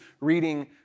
reading